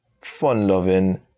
fun-loving